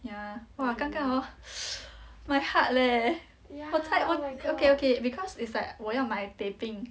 ya !wah! 尴尬 hor my heart leh 我差我 okay okay because it's like 我要买 teh peng